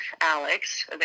Alex